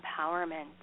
empowerment